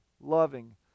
loving